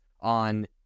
on